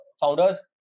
founders